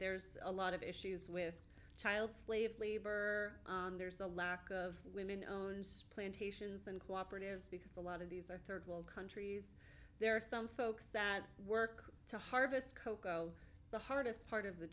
there's a lot of issues with child slave labor on there's a lack of women own plantations and cooperatives because a lot of these are third world countries there are some folks that work to harvest cocoa the hardest part of the